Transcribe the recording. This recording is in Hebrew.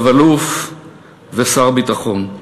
רב-אלוף ושר הביטחון.